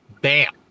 Bam